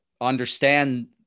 understand